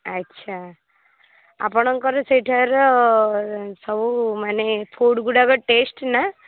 ଆଚ୍ଛା ଆପଣଙ୍କର ସେଇଠାର ସବୁ ମାନେ ଫୁଡ଼୍ଗୁଡ଼ାକ ଟେଷ୍ଟ୍ ନା